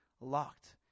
locked